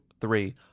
three –